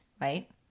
right